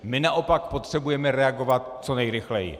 My naopak potřebujeme reagovat co nejrychleji.